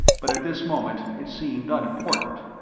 but at this moment it seemed unimportant.